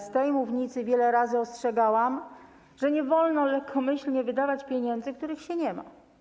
Z tej mównicy wiele razy ostrzegałam, że nie wolno lekkomyślnie wydawać pieniędzy, których się nie ma.